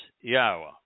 Yahweh